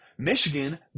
Michigan